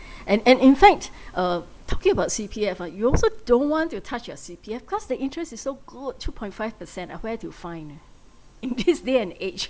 and and in fact uh talking about C_P_F ah you also don't want to touch your C_P_F because the interest is so good two point five percent ah where to find eh in this day and age